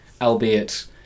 albeit